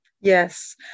Yes